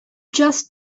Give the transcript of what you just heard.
just